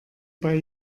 bei